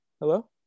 Hello